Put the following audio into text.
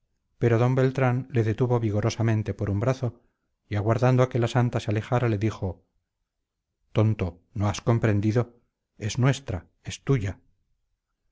pero d beltrán le detuvo vigorosamente por un brazo y aguardando a que la santa se alejara le dijo tonto no has comprendido es nuestra es tuya